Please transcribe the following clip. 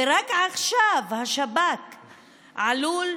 ורק עכשיו השב"כ עלול,